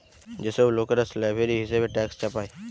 যে সব লোকরা স্ল্যাভেরি হিসেবে ট্যাক্স চাপায়